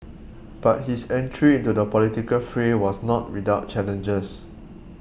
but his entry into the political fray was not without challenges